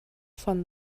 von